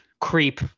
Creep